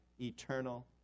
eternal